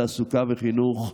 תעשייה וחינוך.